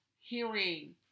hearing